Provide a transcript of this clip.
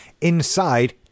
inside